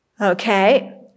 Okay